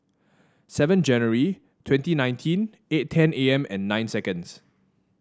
seven January twenty nineteen eight ten A M and nine seconds